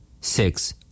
Six